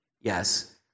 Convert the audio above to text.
Yes